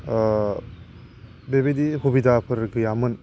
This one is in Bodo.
बेबादि सुबिदाफोर गैयामोन